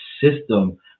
system